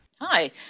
Hi